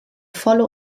volle